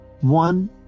One